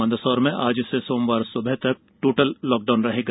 मंदसौर में आज से सोमवार सुबह तक टोटल लॉकडाउन रहेगा